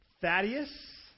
Thaddeus